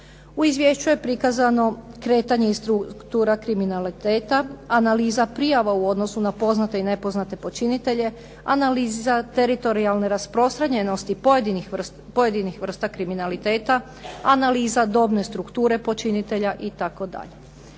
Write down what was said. U Izvješću je prikazano kretanje i struktura kriminaliteta, analiza prijava u odnosu na poznate i nepoznate počinitelje, analiza teritorijalne rasprostranjenosti pojedinih vrsta kriminaliteta, analiza dobne strukture počinitelja itd.